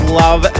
love